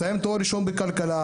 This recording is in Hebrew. מסיים תואר ראשון בכלכלה,